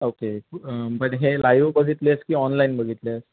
okay but हे live बघितलेस की ऑनलाईन बघितले